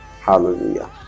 hallelujah